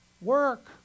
work